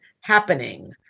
happening